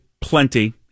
plenty